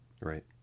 Right